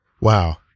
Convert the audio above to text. wow